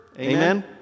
Amen